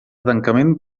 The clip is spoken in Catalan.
tancament